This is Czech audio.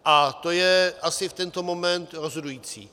A to je asi v tento moment rozhodující.